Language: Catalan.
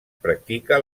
practica